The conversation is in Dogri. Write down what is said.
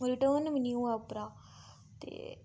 रिर्टन बी नेईं होआ अत्तरा उप्परा ते